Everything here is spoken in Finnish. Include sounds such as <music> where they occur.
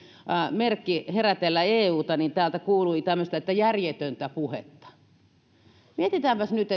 merkki herätellä euta ja kun täältä kuului tämmöistä että järjetöntä puhetta niin mietitäänpäs nyt <unintelligible>